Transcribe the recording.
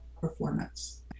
performance